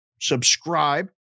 subscribe